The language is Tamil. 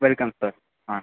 welcome sir ah